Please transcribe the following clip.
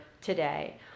today